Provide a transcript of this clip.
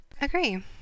Agree